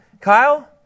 Kyle